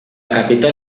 capital